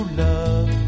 love